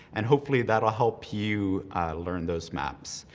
and hopefully that'll help you learn those maps.